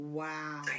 wow